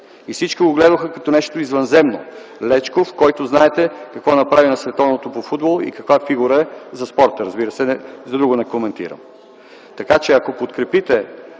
Всички го гледаха като нещо извънземно. Лечков, който знаете какво направи на Световното по футбол и каква фигура е за спорта, разбира се. За друго не коментирам. Ако подкрепите